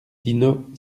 dino